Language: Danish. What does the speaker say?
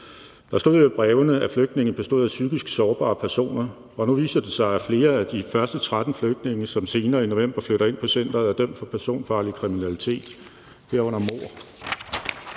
Der stod i brevene, at flygtningene bestod af psykisk sårbare personer, og nu viser det sig, at flere af de første 13 flygtninge, som senere i november flytter ind på centeret, er dømt for personfarlig kriminalitet,